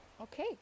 okay